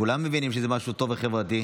כולם מבינים שזה משהו טוב וחברתי.